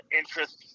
interest